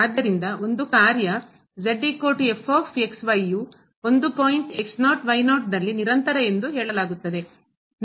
ಆದ್ದರಿಂದಒಂದು ಕಾರ್ಯ ಯು ಒಂದು ಪಾಯಿಂಟ್ ದಲ್ಲಿನಿರಂತರ ಎಂದು ಹೇಳಲಾಗುತ್ತದೆ